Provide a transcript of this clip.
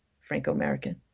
Franco-American